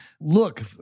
look